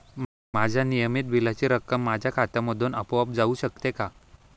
माझ्या नियमित बिलाची रक्कम माझ्या खात्यामधून आपोआप जाऊ शकते का?